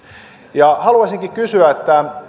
haluaisinkin kysyä